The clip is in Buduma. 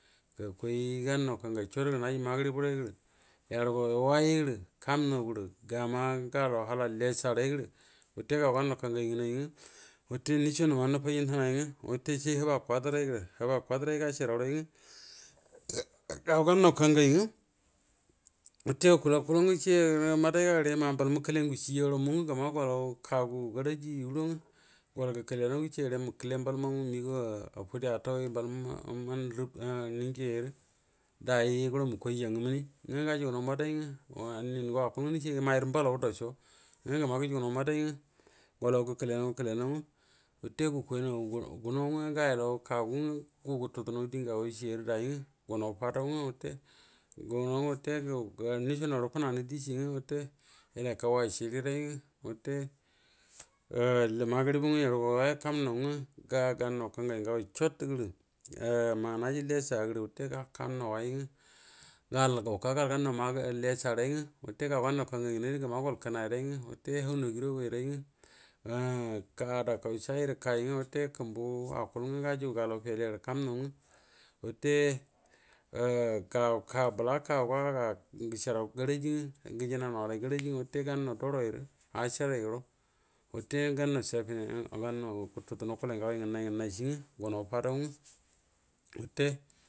Gakuay gannaw kangay cot gərə naji masari bu ray gəre, yaru goguay way ray gərə kamnau gərə gama galau hhala lessaray gera wute gau gannaw kanngay nganay ngə wute nnduco nəmə nəfuji nanay ngwə, wute sai huba kwadəray gərə, huba kwada ray gacəarau ngwə gangannaw kangay ngwə wute akual akuel ngwə gəceago maday ga gəre mamballaw məkəle gucie ya guaro muə ngwə gəma gallu kaguə garaji gu gəoro ngwə gotgo kəle naw ngwə, ngwa gace makale mbal mamu məagaw a fude atton, rə mba man nəm ninguayrə dayyai guəro mukoy yango minie, ngwə gajugu maday ngwə, ningo akwol ngwə nəce may gərə mbukaw dauco, ngwə gəma gujugu naw maday galau gəko le naw gəkəlenaw ngwə, wute gə kway naw genau ngwə ga yelaw kagu ngwə gu gutu danaw diega gwai ieyyay rə day yay ngwə gunaw fadau ngwə wata, gunaw ngwə wate yaegu nduco naru fananv dieci wate yəda kau way ciri ray ngwə wate ah magə ribu ngwa yaru ga hwai wayyan kammnaw ngwa ga, ga gannaw kangan gagwa cot grə ah mah naji ləssa gəra wate kuma naw way ngwə wuka gan naaw lessa gvrv wate kum naw ngwə gaw way ngwə wuka gannaw lessa ray ngwə wate gaw gannaw kangay nga nay ray ngwə wate hau naguiraguan ray ngwə gada kay shayi gv rə kay nngwa wute kumbuə akurl gaju gu galalw fele gərə kamanaw ngwa wate ga kan bəla kagawa gəcəarau garaji ngwa gəji na law gara ji yannaw duwar ayro acəar guoro wate gannaw caffane gututu dunaw kəlau nga gwai ngannay gnəmay cie ngwə wate gunaw fadan ngwa